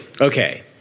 Okay